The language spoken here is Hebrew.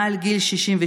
מעל גיל 67,